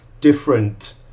different